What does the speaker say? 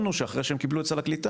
הוא שאחרי שהם קיבלו את סל הקליטה,